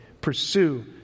pursue